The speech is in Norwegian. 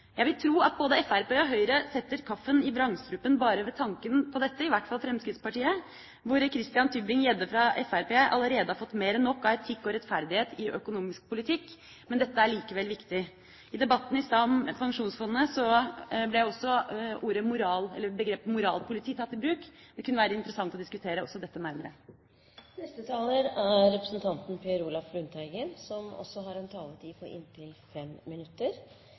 Jeg vil tro at både Fremskrittspartiet og Høyre setter kaffen i vrangstrupen bare ved tanken på dette – i hvert fall Fremskrittspartiet. Christian Tybring-Gjedde fra Fremskrittspartiet har allerede fått mer enn nok av etikk og rettferdighet i økonomisk politikk, men dette er likevel viktig. I debatten i stad om pensjonsfondet ble også begrepet «moralpoliti» tatt i bruk. Det kunne være interessant å diskutere også dette nærmere. Finansmarkedsmeldinga for 2009 omhandler forutsetninger for og utsiktene for finansiell stabilitet i Norge. Som flere har vært inne på,